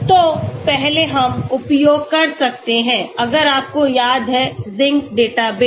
तो पहले हम उपयोग कर सकते हैं अगर आपको याद है Zinc डेटाबेस